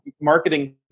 marketing